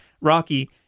Rocky